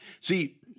See